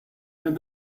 and